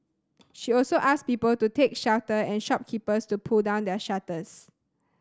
she also asked people to take shelter and shopkeepers to pull down their shutters